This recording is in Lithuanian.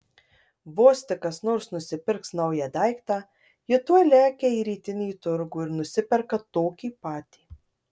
vos tik kas nors nusipirks naują daiktą ji tuoj lekia į rytinį turgų ir nusiperka tokį patį